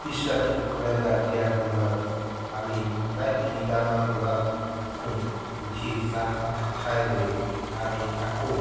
পিছ ৰাতি কুকুৰাই ডাক দিয়াৰ সময়ত আমি প্ৰায় তিনিটামান বজাত উঠো উঠি চাহ তাহ খাই লৈ আমি আকৌ